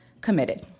committed